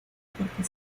porque